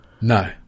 No